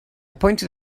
pointed